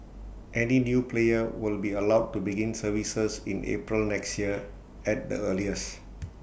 any new player will be allowed to begin services in April next year at the earliest